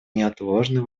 неотложный